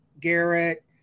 garrett